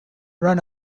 run